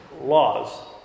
laws